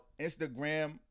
Instagram